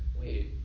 wait